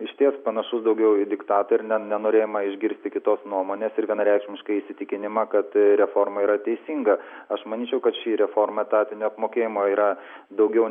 išties panašus daugiau į diktatorinį ne nenorėjimą išgirsti kitos nuomonės ir vienareikšmiškai įsitikinimą kad reforma yra teisinga aš manyčiau kad ši reforma etatinio apmokėjimo yra daugiau